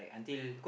I tell you cause